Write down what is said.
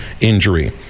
injury